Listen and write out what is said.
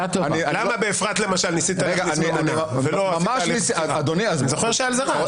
למה באפרת למשל ניסית להכניס ממונה --- אני זוכר שהיה על זה רעש.